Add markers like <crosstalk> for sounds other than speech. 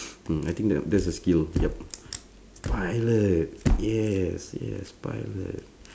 <breath> mm I think that uh that's a skill yup pilot yes yes pilot